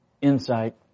insight